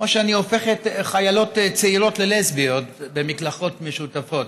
או שאני הופכת חיילות צעירות ללסביות במקלחות משותפות.